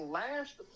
last